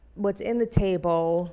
what's in the table